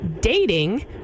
dating